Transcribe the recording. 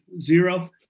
zero